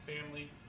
family